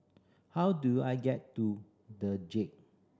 how do I get to The Jade